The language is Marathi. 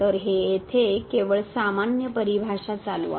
तर हे येथे केवळ सामान्य परिभाषा चालू आहे